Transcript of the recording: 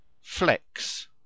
Flex